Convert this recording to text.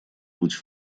путь